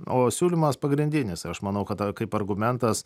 o siūlymas pagrindinis ir aš manau kad kaip argumentas